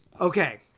Okay